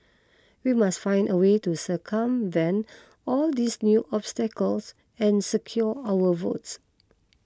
we must find a way to circumvent all these new obstacles and secure our votes